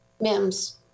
Mims